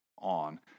on